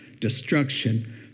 destruction